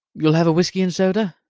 you'll have a whisky and soda?